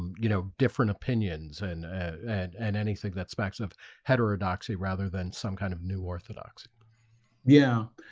you know different opinions and and and anything that specs of heterodoxy rather than some kind of new orthodoxy yeah